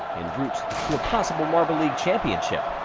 route to a possible marble league championship.